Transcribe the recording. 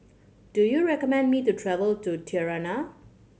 do you recommend me to travel to Tirana